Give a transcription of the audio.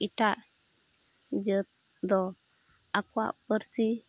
ᱮᱴᱟᱜ ᱡᱟᱹᱛ ᱫᱚ ᱟᱠᱚᱣᱟᱜ ᱯᱟᱹᱨᱥᱤ